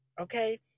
okay